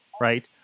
Right